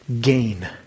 gain